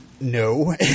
no